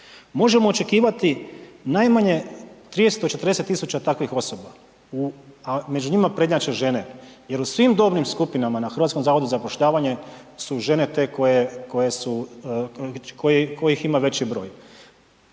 Možemo očekivati najmanje 30 do 40 000 takvih osoba, a među njima prednjače žene jer u svim dobnim skupinama na HZZ-u su žene te koje, koje su, koje, kojih ima veći broj.